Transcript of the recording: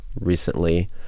recently